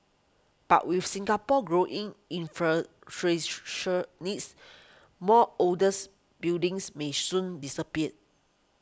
but with Singapore's growing infrastructural needs more olders buildings may soon disappear